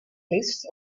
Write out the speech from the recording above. list